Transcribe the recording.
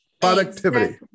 Productivity